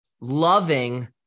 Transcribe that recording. loving